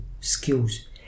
skills